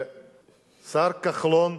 השר כחלון